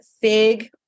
Fig